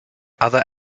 other